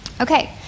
Okay